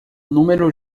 número